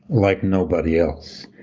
like nobody else.